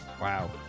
Wow